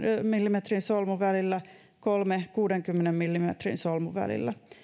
millimetrin solmuvälillä kolme kuudenkymmenen millimetrin solmuvälillä